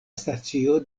stacio